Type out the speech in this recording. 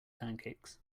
pancakes